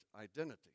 Identity